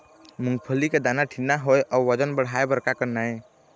मूंगफली के दाना ठीन्ना होय अउ वजन बढ़ाय बर का करना ये?